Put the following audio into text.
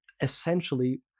essentially